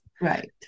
Right